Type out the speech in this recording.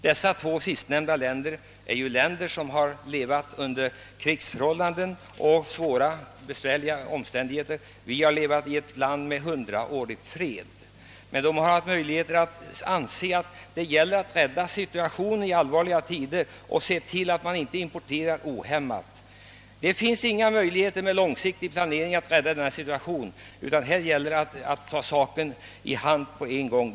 Dessa två länder har levat i svåra omständigheter under krigsförhållanden, men vi har levat i ett land med hundraårig fred. De har emellertid insett att det gäller att rädda situationen i allvarliga tider genom att se till att de inte importerar ohämmat. Det finns inga möjligheter att med långsiktig planering klara vårt akuta läge. Här gäller det att handla omgående.